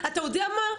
אתה יודע מה,